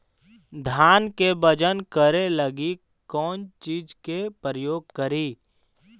धान के बजन करे लगी कौन चिज के प्रयोग करि?